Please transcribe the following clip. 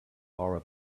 laura